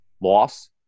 loss